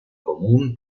común